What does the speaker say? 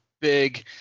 big